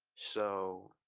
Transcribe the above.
so